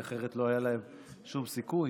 כי אחרת לא היה להם שום סיכוי.